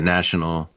National